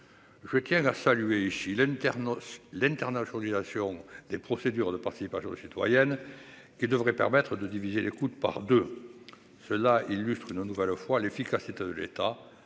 je tiens à saluer ici thermos l'internat ondulation des procédures de par jour citoyenne qui devrait permettre de diviser les coûts de par de cela illustre une nouvelle fois l'efficacité de l'État